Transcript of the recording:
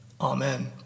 Amen